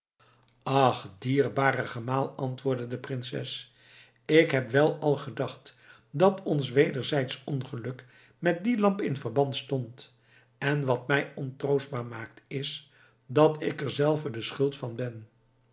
ach dierbare gemaal antwoordde de prinses ik heb wel al gedacht dat ons wederzijdsch ongeluk met die lamp in verband stond en wat mij ontroostbaar maakt is dat ik er zelve de schuld van ben